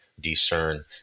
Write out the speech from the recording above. discern